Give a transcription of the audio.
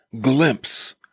glimpse